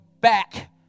back